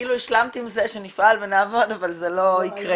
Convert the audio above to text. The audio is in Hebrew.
כאילו השלמת עם זה שנפעל ונעבוד אבל זה לא יקרה.